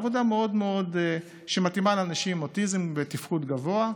עבודה מאוד מאוד מתאימה לאנשים עם אוטיזם בתפקוד גבוה,